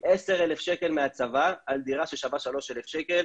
10,000 שקל מהצבא על דירה ששווה 3,000 שקל.